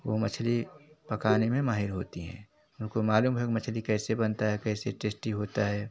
वे मछली पकाने में माहिर होती हैं उनको मालूम है वे मछली बनती है कैसे टेस्टी होती है